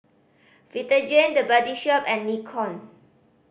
Vitagen The Body Shop and Nikon